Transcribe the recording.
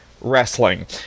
wrestling